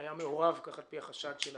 היה מעורב, כך על פי החדש שלהם,